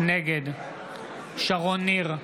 נגד שרון ניר,